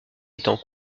étant